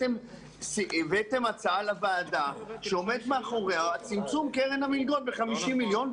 הבאתם הצעה לוועדה שעומד מאחוריה צמצום קרן המלגות ב-50 מיליון,